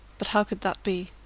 but how could that be?